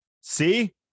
see